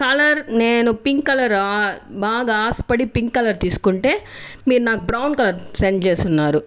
colour నేను pink colour బాగా ఆశపడి పింక్ కలర్ తీసుకుంటే మీరు నాకు బ్రౌన్ కలర్ సెండ్ చేసి ఉన్నారు